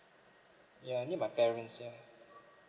ya near my parents ya